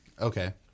Okay